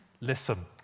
Listen